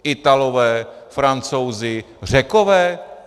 Italové, Francouzi, Řekové?